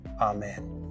amen